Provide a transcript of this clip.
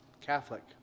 Catholic